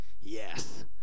yes